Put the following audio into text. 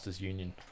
union